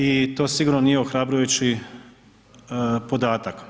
I to sigurno nije ohrabrujući podatak.